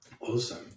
Awesome